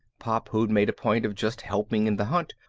pop, who'd make a point of just helping in the hunt,